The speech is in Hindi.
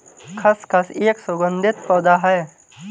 खसखस एक सुगंधित पौधा है